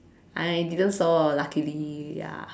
I didn't saw luckily ya